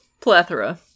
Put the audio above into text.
Plethora